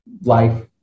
life